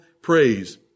praise